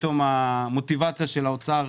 המוטיבציה של האוצר